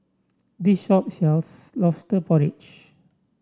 this shop sells lobster porridge